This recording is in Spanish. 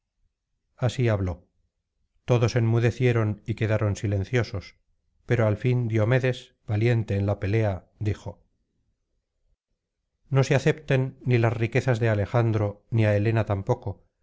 así habló todos enmudecieron y quedaron silenciosos pero al fin diomedes valiente en la pelea dijo no se acepten ni las riquezas de alejandro ni á helena tampoco